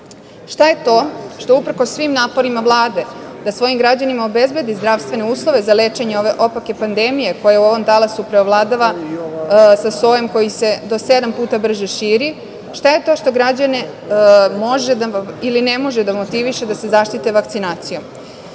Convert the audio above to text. je to što uprkos svim naporima Vlade da svojim građanima obezbedi zdravstvene uslove za lečenje ove opake pandemije, koja u ovom talasu preovladava sa sojem koji se do sedam puta brže širi, šta je to što građane može ili ne može da motiviše da se zaštite vakcinacijom? Država